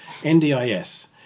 NDIS